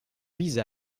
vise